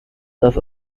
das